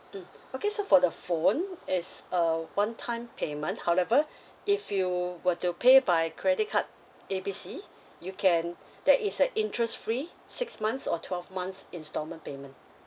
mm okay so for the phone is a one-time payment however if you were to pay by credit card A B C you can there is a interest free six months or twelve months instalment payment